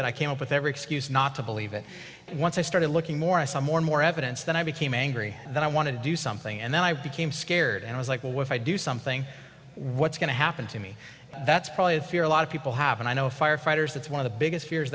it i came up with every excuse not to believe it and once i started looking more i saw more and more evidence then i became angry that i wanted to do something and then i became scared and i was like well if i do something what's going to happen to me that's probably a fear a lot of people have and i know firefighters that's one of the biggest fears